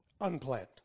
unplanned